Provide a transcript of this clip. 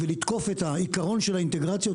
ולתקוף את העיקרון של האינטגרציות,